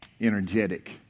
energetic